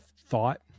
thought